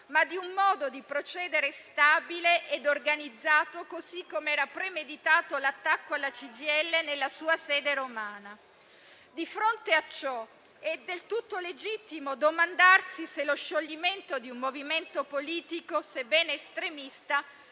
ma di un modo di procedere stabile e organizzato, così com'era premeditato l'attacco alla CGIL nella sua sede romana. Di fronte a ciò, è del tutto legittimo domandarsi se lo scioglimento di un movimento politico, sebbene estremista,